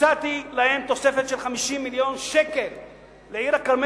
והצעתי להם תוספת של 50 מיליון שקל לעיר-הכרמל,